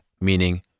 meaning